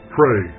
pray